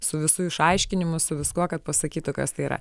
su visu išaiškinimu su viskuo kad pasakytų kas tai yra